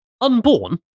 unborn